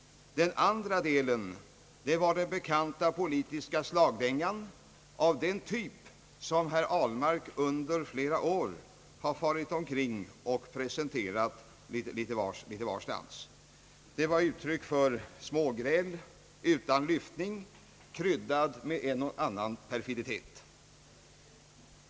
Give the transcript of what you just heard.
Den andra delen innehöll den bekanta politiska slagdängan av den typ, som herr Ahlmark under flera år har farit omkring och presenterat litet varstans. Den var ett uttryck för smågräl utan lyftning, kryddad med en och annan perfiditet.